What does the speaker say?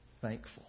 thankful